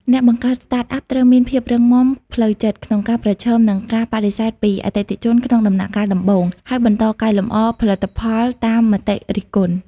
អ្នកបង្កើត Startup ត្រូវមានភាពរឹងមាំផ្លូវចិត្តក្នុងការប្រឈមនឹងការបដិសេធពីអតិថិជនក្នុងដំណាក់កាលដំបូង ហើយបន្តកែលម្អផលិតផលតាមមតិរិះគន់។